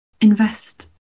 invest